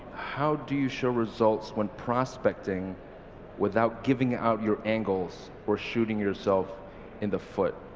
how do you show results when prospecting without giving out your angles or shooting yourself in the foot?